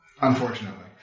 Unfortunately